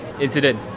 incident